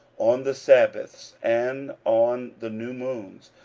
on the sabbaths, and on the new moons,